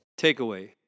Takeaway